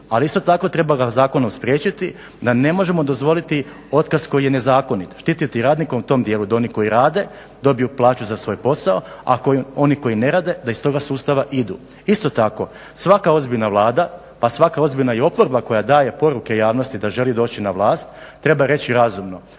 ali isto tako treba ga zakonom spriječiti da ne možemo dozvoliti otkaz koji je nezakonit, štititi radnika u tom djelu da oni koji rade dobiju plaću za svoj posao a oni koji ne rade da iz toga sustava idu. Isto tako, svaka ozbiljna Vlada pa svaka ozbiljna i oporba koja daje poruke javnosti da želi doći na vlast treba reći razumno,